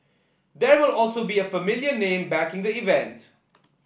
there will also be a familiar name backing the event